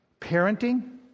Parenting